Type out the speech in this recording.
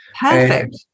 Perfect